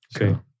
Okay